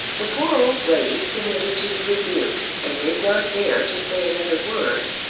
the poor old lady submitted to the rebuke and did not dare to say another word.